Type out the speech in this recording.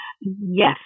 Yes